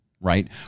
right